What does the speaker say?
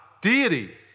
Deity